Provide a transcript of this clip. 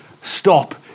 stop